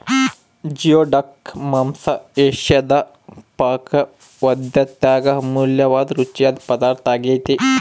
geoduck ಮಾಂಸ ಏಷಿಯಾದ ಪಾಕಪದ್ದತ್ಯಾಗ ಅಮೂಲ್ಯವಾದ ರುಚಿಯಾದ ಪದಾರ್ಥ ಆಗ್ಯೆತೆ